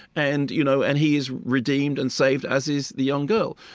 and you know and he is redeemed and saved, as is the young girl.